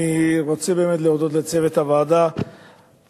אני רוצה להודות לצוות הוועדה,